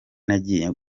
nagiye